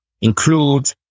include